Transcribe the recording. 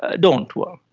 ah don't work.